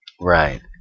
Right